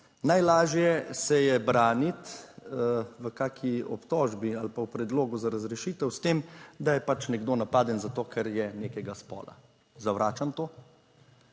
Najlažje se je braniti v kaki obtožbi ali pa v predlogu za razrešitev s tem, da je pač nekdo napaden zato, ker je nekega spola. Zavračam to.